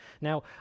now